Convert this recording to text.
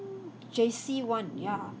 J_C one ya